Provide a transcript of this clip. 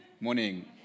Morning